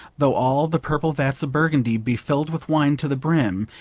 though all the purple vats of burgundy be filled with wine to the brim,